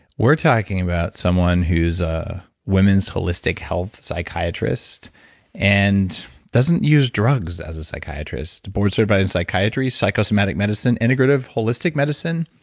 we're talking about someone someone who's a women's holistic health psychiatrist and doesn't use drugs as a psychiatrist board certified in psychiatry, psychosomatic medicine, integrative holistic medicine,